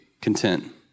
content